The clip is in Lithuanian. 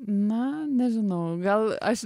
na nežinau gal aš